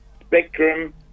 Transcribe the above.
Spectrum